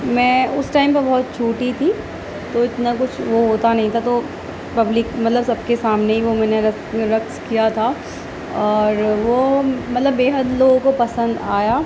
میں اس ٹائم پہ بہت چھوٹی تھی تو اتنا کچھ وہ ہوتا نہیں تھا تو پبلک مطلب سب کے سامنے ہی وہ میں نے رقص رقص کیا تھا اور وہ مطلب بےحد لوگوں کو پسند آیا